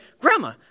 Grandma